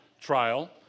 trial